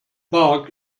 bark